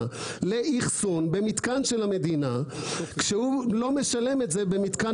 לאחסון במתקן של המדינה כשהוא לא משלם את זה במתקן